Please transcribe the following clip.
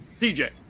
DJ